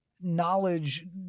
knowledge